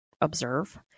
observe